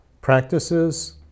practices